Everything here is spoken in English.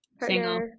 Single